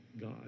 God